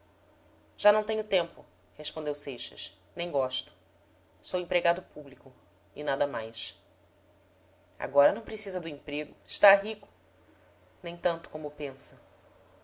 já não tenho tempo respondeu seixas nem gosto sou empregado público e nada mais agora não precisa do emprego está rico nem tanto como pensa